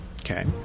Okay